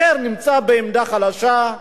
אחר נמצא בעמדה חלשה,